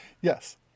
Yes